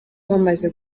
bamaze